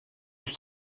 tout